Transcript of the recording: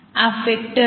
આ ફેક્ટર છે